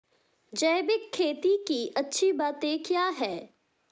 जैविक खेती की अच्छी बातें क्या हैं?